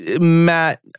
Matt